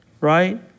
right